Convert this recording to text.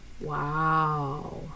Wow